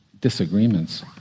disagreements